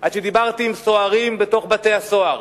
עד שדיברתי עם סוהרים בבתי-הסוהר,